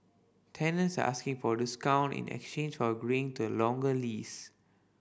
tenants are asking for discount in exchange for agreeing to a longer leases